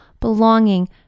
belonging